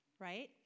right